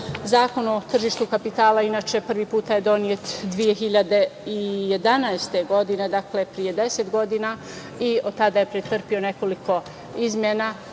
o tržištu kapitala inače prvi put je donet 2011. godine, pre 10 godina i od tada je pretrpeo nekoliko izmena,